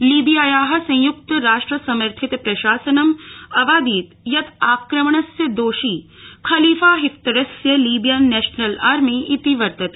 लीबियाया संय्क्त राष्ट्र समर्थित प्रशासनं अवादीत् यत् आक्रमणस्य दोषी खलीफा हिफ्तरस्य लिबियन नेशनल आर्मी इति वर्तते